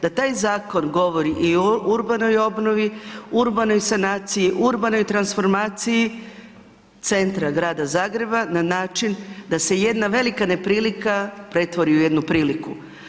Da taj zakon govori i o urbanoj obnovi, urbanoj sanaciji, urbanoj transformaciji centra grada Zagreba, na način da se jedna velika neprilika pretvori u jednu priliku.